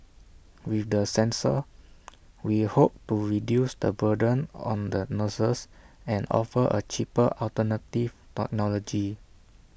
with the sensor we hope to reduce the burden on the nurses and offer A cheaper alternative technology